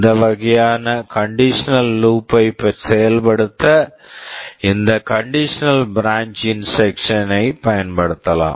இந்த வகையான conditional loop conditional loop ஐ செயல்படுத்த இந்த conditional branch conditional branch instruction instruction -ஐப் பயன்படுத்தலாம்